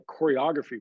choreography